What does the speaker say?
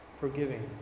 forgiving